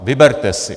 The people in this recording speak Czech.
Vyberte si!